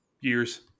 years